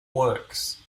works